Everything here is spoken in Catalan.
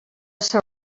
ser